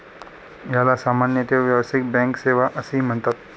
याला सामान्यतः व्यावसायिक बँक सेवा असेही म्हणतात